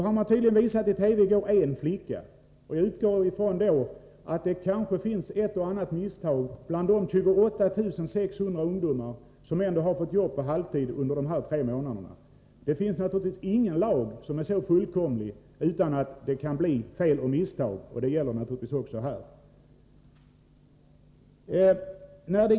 Nu har man tydligen i går i TV visat en flicka, och jag utgår då ifrån att det kanske har begåtts ett och annat misstag när det gäller de 28 600 ungdomar som ändå har fått jobb på halvtid under de här tre månaderna. Det finns naturligtvis ingen lag som är så fullkomlig att det inte kan begås fel och misstag. Det gäller självfallet också här.